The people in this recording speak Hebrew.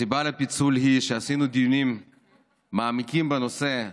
הסיבה לפיצול היא שעשינו דיונים מעמיקים בנושא,